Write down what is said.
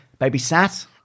babysat